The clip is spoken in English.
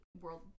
World